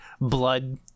blood